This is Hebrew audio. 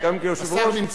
הנה, השר נמצא פה.